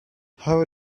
how